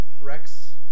Rex